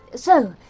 so.